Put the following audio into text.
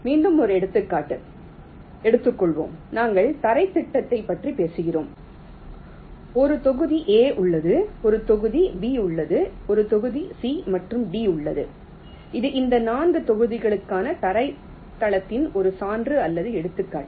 மீண்டும் ஒரு எடுத்துக்காட்டு எடுத்துக்கொள்வோம் நாங்கள் தரைத் திட்டத்தைப் பற்றி பேசுகிறோம் ஒரு தொகுதி A உள்ளது ஒரு தொகுதி B உள்ளது ஒரு தொகுதி C மற்றும் D உள்ளது இது இந்த 4 தொகுதிகளுக்கான தரைத்தளத்தின் ஒரு சான்று அல்லது எடுத்துக்காட்டு